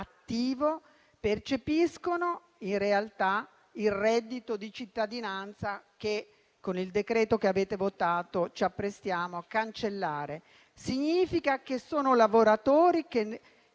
percepiscono in realtà il reddito di cittadinanza, che con il decreto-legge che avete votato ci apprestiamo a cancellare. Significa che sono lavoratori che